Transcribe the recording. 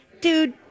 dude